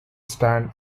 stand